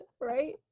right